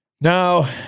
Now